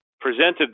presented